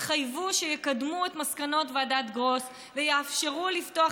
התחייבו שיקדמו את מסקנות ועדת גרוס ויאפשרו לפתוח